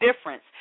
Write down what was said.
difference